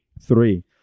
Three